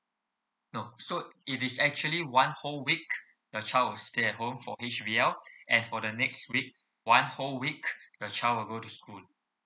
no so it is actually one whole week the child will stay at home for each realm and for the next week one whole week the child will go to school